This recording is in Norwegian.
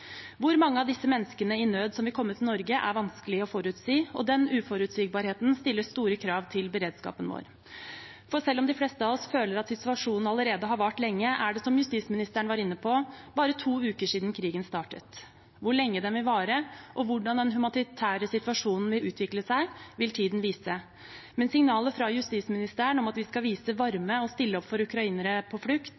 Hvor mange av disse menneskene i nød som vil komme til Norge, er vanskelig å forutsi. Den uforutsigbarheten stiller store krav til beredskapen vår, for selv om de fleste av oss føler at situasjonen allerede har vart lenge, er det, som justisministeren var inne på, bare to uker siden krigen startet. Hvor lenge den vil vare, og hvordan den humanitære situasjonen vil utvikle seg, vil tiden vise. Men signalene fra justisministeren om at vi skal vise